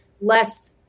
less